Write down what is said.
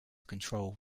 control